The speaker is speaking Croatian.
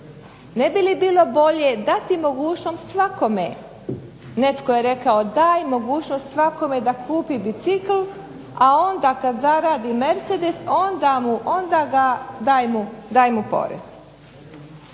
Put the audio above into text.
Ne bi li bilo bolje dati mogućnost svakome, netko je rekao daj mogućnost svakome da kupi bicikl, a onda kad zaradi Mercedes onda mu daj mu porez.